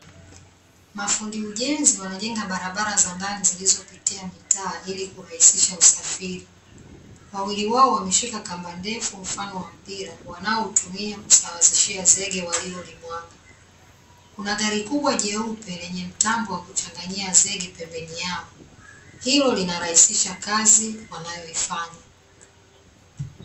Mafundi ujenzi wanajenga barabara za mbali zilizopitia mitaa ili kurahisisha usafiri. Wawili wao wameshika kamba ndefu mfano wa mpira wanaotumia kusawazishia zege walilolimwaga. Kuna gari kubwa jeupe lenye mtambo wa kuchanganyia zege pembeni yao. Hilo lina rahisisha kazi wanayoifanya.